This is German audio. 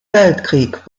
weltkrieg